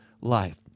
life